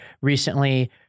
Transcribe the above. recently